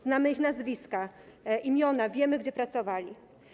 Znamy ich nazwiska, imiona, wiemy, gdzie pracowali.